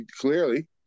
clearly